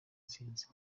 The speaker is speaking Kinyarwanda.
zihenze